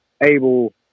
able